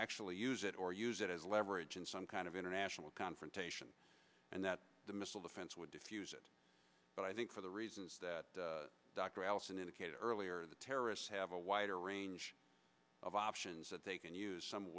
actually use it or use it as leverage in some kind of international confrontation and that the missile defense would diffuse it but i think for the reasons that dr allison indicated earlier the terrorists have a wider range of options that they can use some